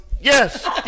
yes